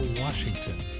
Washington